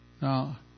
Now